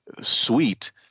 suite